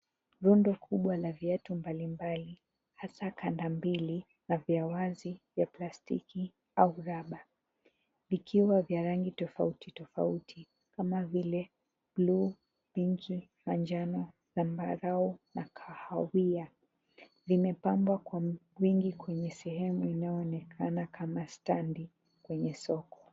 Rondo kubwa la viatu mbalimbali hasaa kanda mbili na vya wazi , vya plastiki au rubber vikiwa vya rangi tofauti tofauti kama vile Blue , pink , manjano, zambarau na kahawia. zimepambwa kwa wingi kwenye sehemu inayoonekama kama stand kwenye soko.